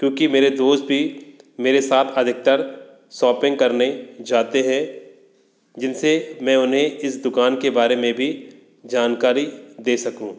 क्योंकि मेरे दोस्त भी मेरे साथ अधिकतर सॉपिंग करने जाते हैं जिन से मैं उन्हें इस दुकान के बारे में भी जानकारी दे सकूँ